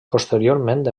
posteriorment